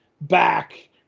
Back